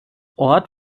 ort